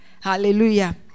hallelujah